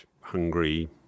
hungry